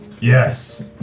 Yes